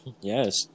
Yes